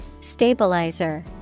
Stabilizer